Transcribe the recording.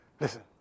Listen